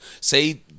say